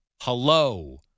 hello